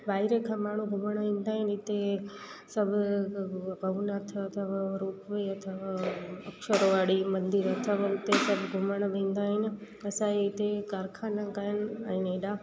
ॿाहिरे खां माण्हू घुमण ईंदा आहिनि हिते सभु भवनाथ अथव रोपवे अथव अक्षरवाड़ी मंदिर अथव हुते सभु घुमण वेंदा आहिनि असांजे हिते कारखाना कोन्ह आहिनि एॾा